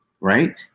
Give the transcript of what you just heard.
right